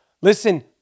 Listen